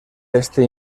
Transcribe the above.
este